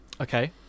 Okay